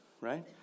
right